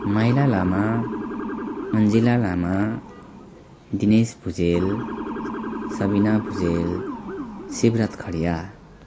माइला लामा अन्जिला लामा दिनेश भुजेल सबिना भुजेल शिवरात खडिया